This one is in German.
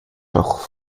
auch